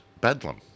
bedlam